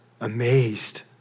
amazed